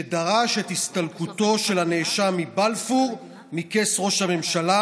שדרש את הסתלקותו של הנאשם מבלפור מכס ראש הממשלה,